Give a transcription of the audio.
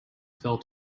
fell